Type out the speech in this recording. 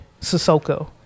Sissoko